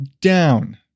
down